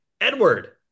Edward